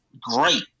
great